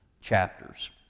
chapters